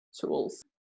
tools